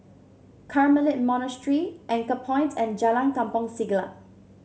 Carmelite Monastery Anchorpoint and Jalan Kampong Siglap